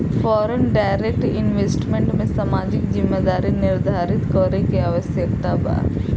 foreign direct investment में सामाजिक जिम्मेदारी निरधारित करे के आवस्यकता बा